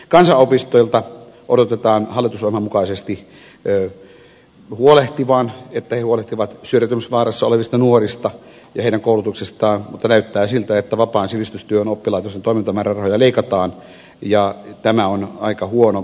kansanopistojen odotetaan hallitusohjelman mukaisesti huolehtivan syrjäytymisvaarassa olevista nuorista ja heidän koulutuksestaan mutta näyttää siltä että vapaan sivistystyön oppilaitosten toimintamäärärahoja leikataan ja tämä on aika huono suuntaus